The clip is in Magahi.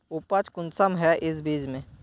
उपज कुंसम है इस बीज में?